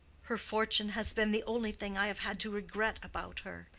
her fortune has been the only thing i have had to regret about her.